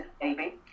baby